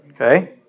okay